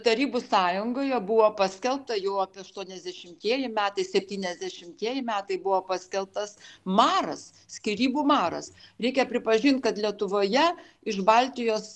tarybų sąjungoje buvo paskelbta jau apie aštuoniasdešimtieji metai septyniasdešimtieji metai buvo paskelbtas maras skyrybų maras reikia pripažint kad lietuvoje iš baltijos